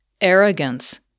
arrogance